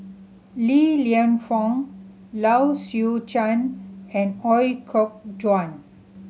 Li Lienfung Low Swee Chen and Ooi Kok Chuen